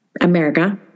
America